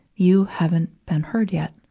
you haven't been heard yet.